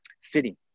city